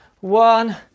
one